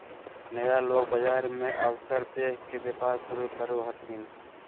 नया लोग बाजार मे अवसर देख के व्यापार शुरू करो हथिन